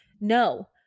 no